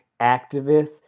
activists